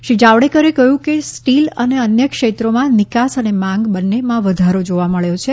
શ્રી જાવડેકરે કહ્યું કે સ્ટીલ અને અન્ય ક્ષેત્રોમાં નિકાસ અને માંગ બંન્નેમાં વધારો જોવા મળ્યો છે